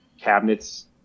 cabinets